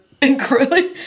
incredibly